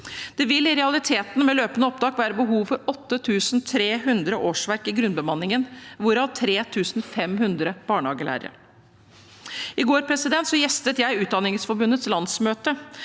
med løpende opptak, være behov for 8 300 årsverk i grunnbemanningen, hvorav 3 500 barnehagelærere. I går gjestet jeg Utdanningsforbundets landsmøte,